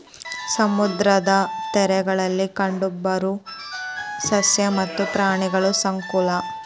ಸಮುದ್ರದ ತೇರಗಳಲ್ಲಿ ಕಂಡಬರು ಸಸ್ಯ ಮತ್ತ ಪ್ರಾಣಿ ಸಂಕುಲಾ